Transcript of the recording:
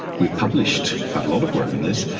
we've published quite a lot of work on this,